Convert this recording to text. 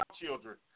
children